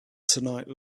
tonight